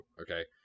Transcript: okay